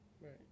Right